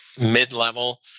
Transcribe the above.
mid-level